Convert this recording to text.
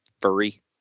furry